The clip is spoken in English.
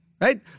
Right